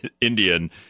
Indian